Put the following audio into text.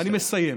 אני מסיים.